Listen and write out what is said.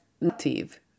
native